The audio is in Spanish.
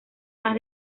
más